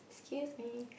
excuse me